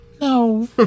No